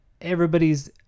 everybody's